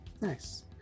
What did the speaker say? Nice